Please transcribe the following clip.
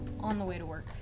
on-the-way-to-work